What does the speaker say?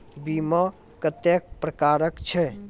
बीमा कत्तेक प्रकारक छै?